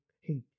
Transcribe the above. hey